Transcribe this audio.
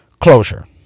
closure